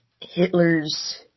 Hitler's